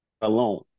alone